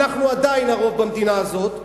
אנחנו עדיין הרוב במדינה הזאת.